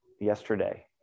yesterday